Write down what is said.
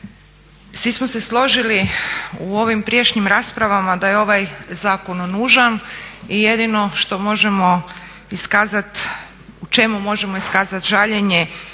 Svi smo se složili u ovim prijašnjim raspravama da je ovaj zakon nužan i jedino što možemo iskazat, u čemu možemo iskazat žaljenje